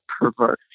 perverse